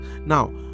now